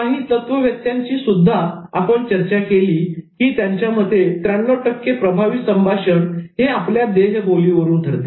काही तत्ववेत्यांची सुद्धा आपण चर्चा केली की त्यांच्या मते 93 प्रभावी संभाषण हे आपल्या देहबोलीवरून ठरते